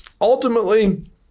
Ultimately